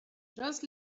just